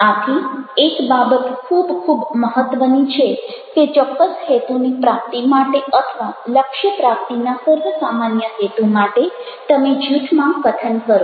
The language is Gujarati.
આથી એક બાબત ખૂબ ખૂબ મહત્ત્વની છે કે ચોક્કસ હેતુની પ્રાપ્તિ માટે અથવા લક્ષ્યપ્રાપ્તિના સર્વસામાન્ય હેતુ માટે તમે જૂથમાં કથન કરો